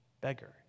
beggar